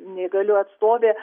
neįgalių atstovė